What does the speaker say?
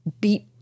beat